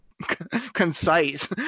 Concise